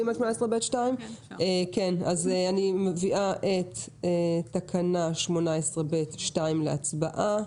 אני מביאה את תקנה 18ב(2) להצבעה.